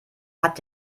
hat